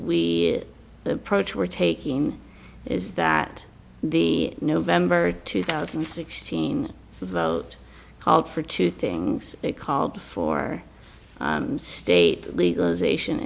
we approach we're taking is that the november two thousand and sixteen vote called for two things called for state legalization